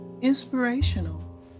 inspirational